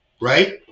right